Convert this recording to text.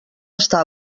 estar